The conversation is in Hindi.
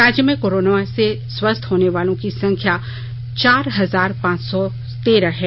राज्य में कोरोना से स्वस्थ होने वालों की संख्या चार हजार पांच सौ तेरह है